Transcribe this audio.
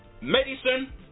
medicine